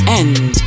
end